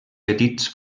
petits